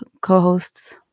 co-hosts